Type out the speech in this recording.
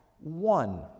one